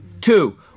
Two